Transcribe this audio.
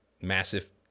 massive